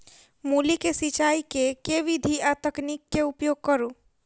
मूली केँ सिचाई केँ के विधि आ तकनीक केँ उपयोग करू?